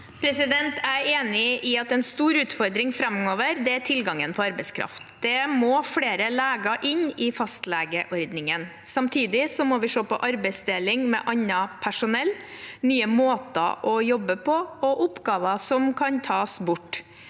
Jeg er enig i at en stor utfordring framover er tilgangen på arbeidskraft. Det må flere leger inn i fastlegeordningen. Samtidig må vi se på arbeidsdeling med annet personell, nye måter å jobbe på og oppgaver som kan tas bort.